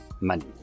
money